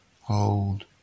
Hold